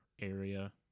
area